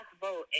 vote